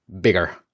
bigger